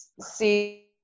see